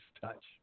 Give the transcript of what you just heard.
touch